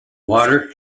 water